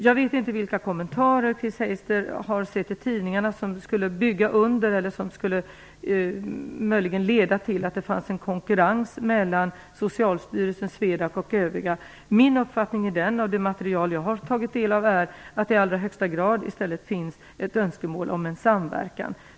Jag vet inte vilka kommentarer Chris Heister har sett i tidningarna som skulle tyda på att det råder konkurrens mellan Socialstyrelsen, SWEDAC och övriga organisationer. Min uppfattning av det material jag har tagit del av är i stället att det i allra högsta grad finns ett önskemål om samverkan.